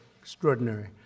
extraordinary